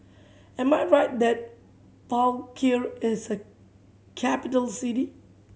am I right that Palikir is a capital city